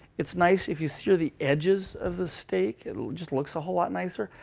it's nice if you sear the edges of the steak. it just looks a whole lot nicer.